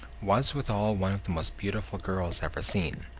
was withal one of the most beautiful girls ever seen.